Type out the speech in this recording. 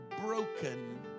broken